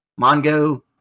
Mongo